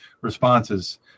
responses